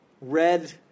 red